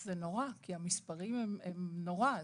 זה נורא, כי המספרים הם נוראיים.